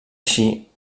així